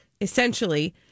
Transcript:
essentially